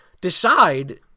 decide